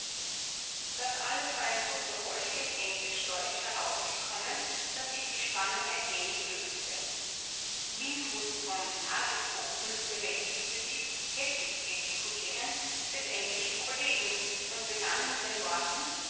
das alles war in so drolligem englisch deutsch herausgekommen daß sich die spannung ein wenig löste minkus vom tagesboten bemächtigte sich heftig gestikulierend des englischen kollegen und begann mit den worten